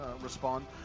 respond